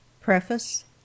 Preface